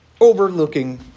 overlooking